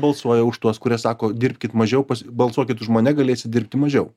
balsuoja už tuos kurie sako dirbkit mažiau balsuokit už mane galėsit dirbti mažiau